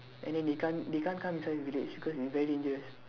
and then they can't they can't come inside his village because it's very dangerous